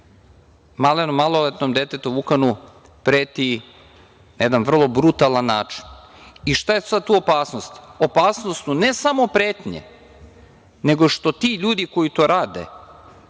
čak i njegovom maloletnom detetu Vukanu, preti na jedan vrlo brutalan način. I šta je tu sad opasnost? Opasnost su ne samo pretnje, nego što ti ljudi koji to rade